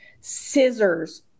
scissors